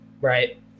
right